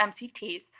MCTs